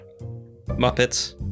muppets